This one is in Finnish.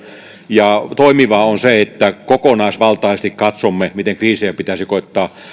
ja toimivaa on se että kokonaisvaltaisesti katsomme miten kriisiä pitäisi koettaa